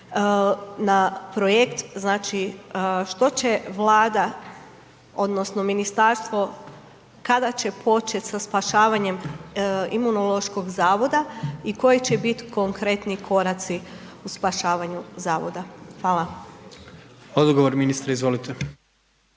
na projekt znači što će Vlada odnosno ministarstvo kada će početi sa spašavanjem Imunološkog zavoda i koji će biti konkretni koraci u spašavanju zavoda. Hvala. **Jandroković, Gordan